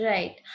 Right